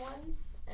ones